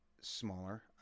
smaller